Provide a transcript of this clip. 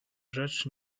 rzecz